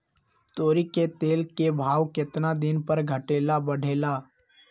तोरी के तेल के भाव केतना दिन पर घटे ला बढ़े ला?